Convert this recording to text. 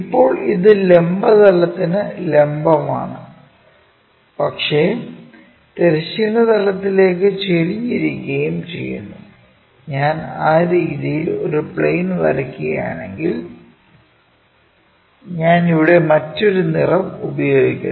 ഇപ്പോൾ ഇത് ലംബ തലത്തിനു ലംബം ആണ് പക്ഷേ തിരശ്ചീന തലത്തിലേക്കു ചെരിഞ്ഞു ഇരിക്കുകയും ചെയ്യുന്നു ഞാൻ ആ രീതിയിൽ ഒരു പ്ലെയിൻ വരയ്ക്കുകയാണെങ്കിൽ ഞാൻ ഇവിടെ മറ്റൊരു നിറം ഉപയോഗിക്കുന്നു